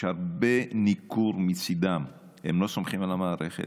יש הרבה ניכור מצידם, הם לא סומכים על המערכת.